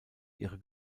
ihre